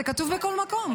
זה כתוב בכל מקום.